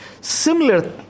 Similar